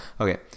Okay